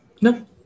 No